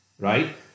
right